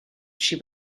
she